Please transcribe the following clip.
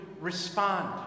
respond